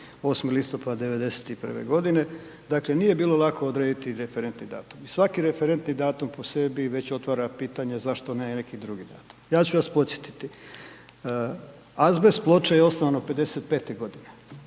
8. listopad '91. godine. Dakle nije bilo lako odrediti referentni datum. I svaki referentni datum po sebi već otvara pitanje zašto ne neki drugi datum. Ja ću vas podsjetiti. „Azbest“ Ploče je osnovano '55. godine